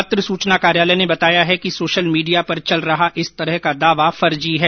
पत्र सुचना कार्यालय ने बताया है कि सोशल मीडिया पर चल रहा इस तरह का दावा फर्जी है